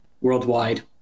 worldwide